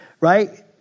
right